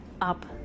up